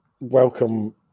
welcome